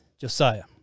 Josiah